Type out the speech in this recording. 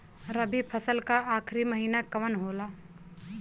रवि फसल क आखरी महीना कवन होला?